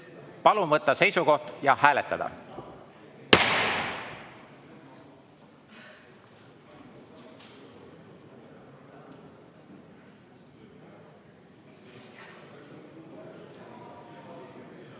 Palun võtta seisukoht ja hääletada!